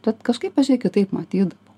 kad kažkaip kitaip matydavau